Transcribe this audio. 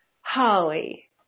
Holly